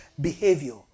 behavior